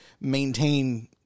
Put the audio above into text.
maintain